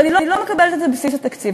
אבל היא לא מקבלת את זה בבסיס התקציב.